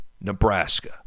Nebraska